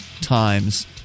times